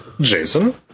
Jason